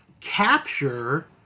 capture